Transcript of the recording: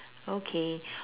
okay